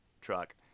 truck